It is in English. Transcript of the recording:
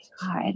God